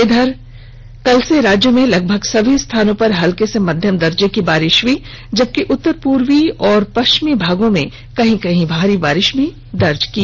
इधर बुधवार को राज्य में लगभग सभी स्थानों पर हल्के से मध्यम दर्जे की बारिश हुई जबकि उत्तरी पूर्वी तथा पश्चिमी भागों में कहीं कहीं भारी बारिश भी दर्ज की गई